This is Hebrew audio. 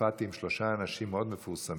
הופעתי עם שלושה אנשים מאוד מפורסמים,